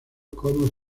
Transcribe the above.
como